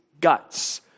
guts